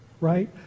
right